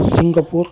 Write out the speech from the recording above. Singapore